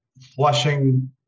flushing